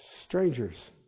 strangers